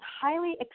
highly